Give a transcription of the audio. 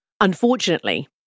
Unfortunately